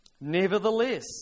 Nevertheless